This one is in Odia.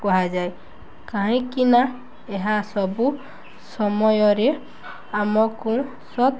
କୁହାଯାଏ କାହିଁକିନା ଏହା ସବୁ ସମୟରେ ଆମକୁ ସତ